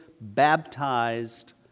baptized